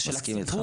זה של הציבור.